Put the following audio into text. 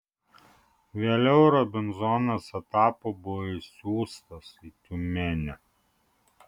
vėliau robinzonas etapu buvo išsiųstas į tiumenę